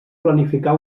planificar